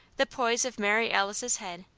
the poise of mary alice's head,